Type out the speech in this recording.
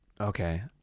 Okay